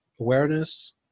awareness